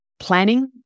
planning